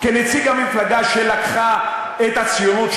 כנציג המפלגה שלקחה את הציונות,